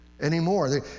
anymore